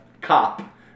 cop